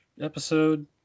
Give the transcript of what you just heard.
episode